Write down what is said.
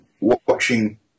watching